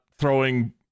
Throwing